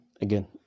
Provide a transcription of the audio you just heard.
again